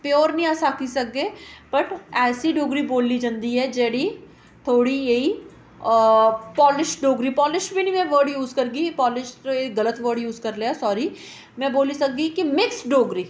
प्यो प्योर नेईं अस आक्खी सकदे बट ऐसी डोगरी बोली जंदी ऐ जेह्ड़ी थोह्ड़ी जेही पालिश डोगरी पालिश बी नेईं में वर्ड यूज करगी पालिश गल्त वर्ड यूज करी लेआ सारी में बोली सकगी कि मिक्स डोगरी